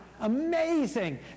Amazing